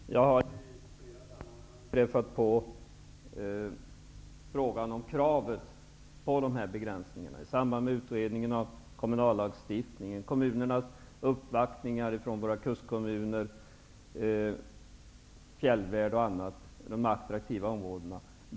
Fru talman! Jag har i flera sammanhang träffat på kravet på att införa de föreslagna begränsningarna, i samband med utredningen av kommunallagstiftningen och uppvaktningar från bl.a. kustkommunerna och fjällvärlden, de attraktiva områdena.